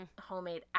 homemade